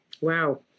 Wow